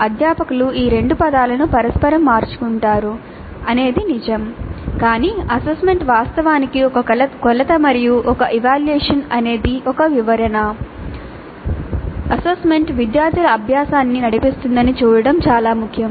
assessment విద్యార్థుల అభ్యాసాన్ని నడిపిస్తుందని చూడటం చాలా ముఖ్యం